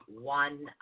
one